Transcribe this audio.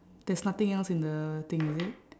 there's nothing else in the thing is it